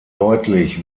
deutlich